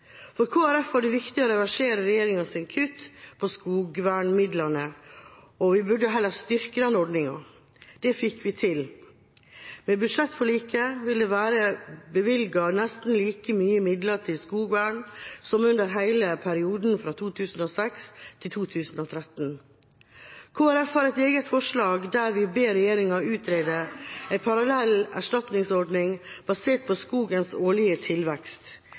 For Kristelig Folkeparti var det viktig å reversere regjeringas kutt i skogvernmidlene, og vi burde heller styrke den ordninga. Det fikk vi til. Ved budsjettforliket vil det være bevilget nesten like mye midler til skogvern som under hele perioden fra 2006 til 2013. Kristelig Folkeparti har et eget forslag der vi ber regjeringa utrede en parallell erstatningsordning basert på skogens årlige tilvekst.